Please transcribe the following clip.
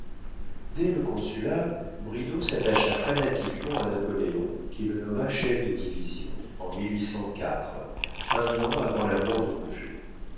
dès le consulat bridau s'attacha fanatiquement à napoléon qui le nomma chef de division en un an avant la mort de